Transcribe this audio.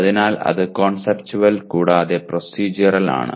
അതിനാൽ അത് കോൺസെപ്റ്റുവൽ കൂടാതെ പ്രോസെഡ്യൂറൽ ആണ്